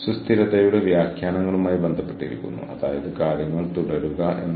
ഇവയെല്ലാം പരസ്പരം ബന്ധപ്പെട്ടിരിക്കുന്ന നെറ്റ്വർക്കിംഗാണ്